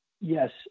Yes